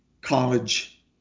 college